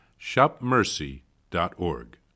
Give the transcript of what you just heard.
shopmercy.org